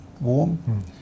warm